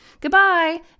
Goodbye